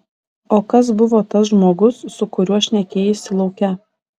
o kas buvo tas žmogus su kuriuo šnekėjaisi lauke